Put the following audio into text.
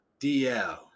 DL